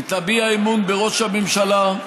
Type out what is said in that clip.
היא תביע אמון בראש הממשלה,